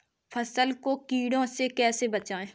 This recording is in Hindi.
फसल को कीड़ों से कैसे बचाएँ?